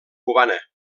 cubana